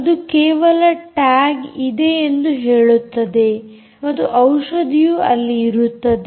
ಅದು ಕೇವಲ ಟ್ಯಾಗ್ ಇದೆ ಎಂದು ಹೇಳುತ್ತದೆ ಮತ್ತು ಔಷಧಿಯು ಅಲ್ಲಿ ಇರುತ್ತದೆ